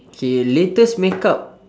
okay latest makeup